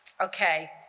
Okay